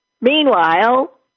Meanwhile